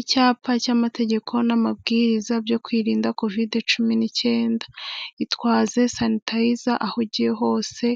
Icyapa cy'amategeko n'amabwiriza byo kwirinda kovide cumi n'icyenda: itwaze sanitayiza aho ugiye hose,